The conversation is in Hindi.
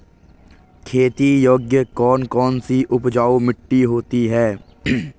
खेती योग्य कौन कौन सी उपजाऊ मिट्टी होती है?